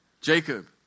Jacob